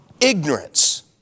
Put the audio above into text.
ignorance